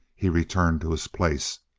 he returned to his place.